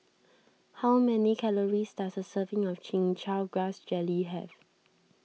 how many calories does a serving of Chin Chow Grass Jelly have